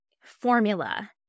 formula